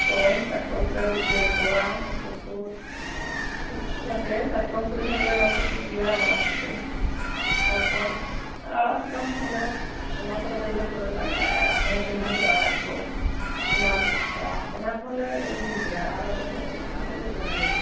ᱠᱟᱴᱠᱚᱢ ᱠᱟᱴᱠᱚᱢ ᱠᱚᱞᱮ ᱨᱤᱫ ᱡᱚᱢ ᱠᱚᱣᱟ ᱦᱟᱹᱠᱩ ᱠᱚ ᱩᱛᱩᱭᱟᱞᱮ ᱠᱟᱴᱠᱚᱢ ᱠᱚᱦᱚᱞᱮ ᱨᱟᱥᱮ ᱠᱚᱜᱮᱭᱟ ᱟᱢᱲᱟ ᱥᱟᱛᱮ ᱛᱟᱨᱯᱚᱨ ᱟᱲᱟᱜ ᱥᱟᱠᱟᱢ ᱠᱚᱦᱚᱸᱞᱮ ᱚᱱᱟ ᱠᱚᱨᱮ ᱵᱟᱹᱭᱦᱟᱹᱲ ᱠᱚᱨᱮᱱᱟᱜ ᱟᱲᱟᱜ ᱛᱟᱦᱮᱱ ᱯᱤᱸᱰᱟᱦᱟᱹ ᱠᱚᱨᱮ ᱟᱲᱟᱜ ᱠᱚ ᱮᱢᱟᱱ ᱛᱮᱱᱟᱜ ᱟᱲᱟᱜ ᱚᱱᱟ ᱠᱚᱸᱦᱚᱞᱮ ᱟᱜᱩᱭ ᱜᱮᱭᱟ ᱟᱨ ᱟᱞᱮ ᱫᱚ ᱩᱛᱩ ᱠᱟᱛᱮᱞᱮ ᱡᱚᱢ ᱜᱮᱭᱟ